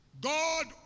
God